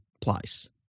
place